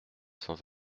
sans